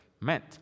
meant